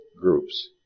groups